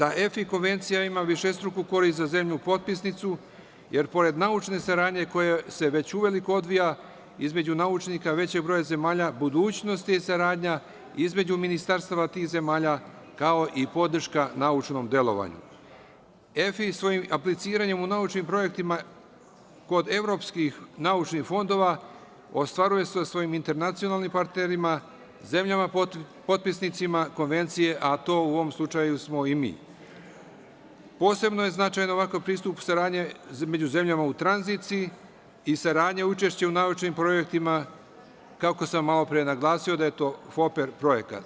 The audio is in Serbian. Naime, EFI konvencija ima višestruku korist za zemlju potpisnicu, jer pored naučne saradnje koja se već uveliko odvija između naučnika većeg broja zemalja, budućnost i saradnja između ministarstava tih zemalja, kao i podrška naučnom delovanju i EFI svojim apliciranjem u naučnim projektima kod evropskih naučnih fondova ostvaruje sa svojim internacionalnim partnerima, zemljama potpisnicama konvencije, a to smo u ovom slučaju i mi, a posebno je značajan ovakav pristup saradnje među zemljama u tranziciji i saradnja i učešće u naučnim projektima, kao što sam malo pre naglasio – FOPER projekat.